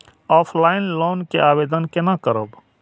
Offline loan के आवेदन केना करब?